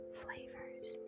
flavors